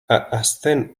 hazten